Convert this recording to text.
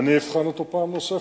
אני אבחן אותו פעם נוספת.